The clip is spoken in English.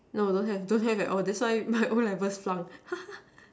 no don't have don't have at all that why why I never flunk